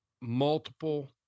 multiple